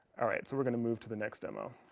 all right, so we're going to move to the next demo